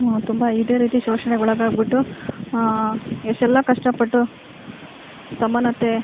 ತುಂಬಾ ಇದೆ ರೀತಿ ಶೋಷಣೆಗೆ ಒಳಗಾಗ್ಬಿಟ್ಟು ಎಷ್ಟೇಲ್ಲ ಕಷ್ಟ ಪಟ್ಟು ಸಮಾನತೆ